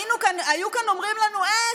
היו כאן אומרים לנו: אה,